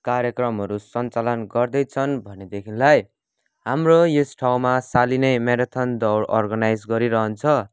कार्यक्रमहरू सञ्चालन गर्दैछन् भनेदेखिलाई हाम्रो यस ठाउँमा सालीनै म्याराथन दौड अर्गनाइज गरिरहन्छ